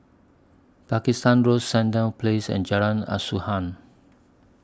Pakistan Road Sandown Place and Jalan Asuhan